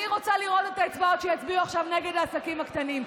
אני רוצה לראות את האצבעות שיצביעו עכשיו נגד העסקים הקטנים.